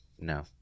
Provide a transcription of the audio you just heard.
No